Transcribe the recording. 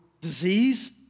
disease